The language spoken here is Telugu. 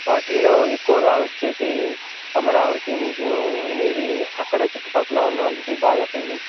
వాటిల్లో ఎక్కువగా వచ్చేసి అమరావతి మ్యూజియం అనేది అక్కడ చుట్టుపక్కల ఉన్న వాళ్ళకి బాగా ఫేమస్